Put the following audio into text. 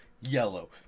yellow